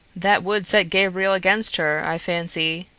that would set gabriel against her, i fancy,